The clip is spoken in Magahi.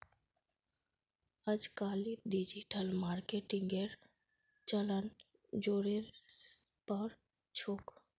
अजकालित डिजिटल मार्केटिंगेर चलन ज़ोरेर पर छोक